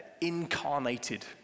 incarnated